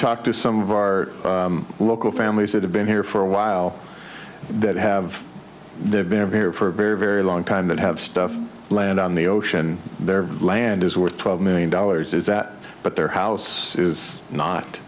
talked to some of our local families that have been here for a while that have there been very for a very very long time that have stuff land on the ocean their land is worth twelve million dollars is that but their house is not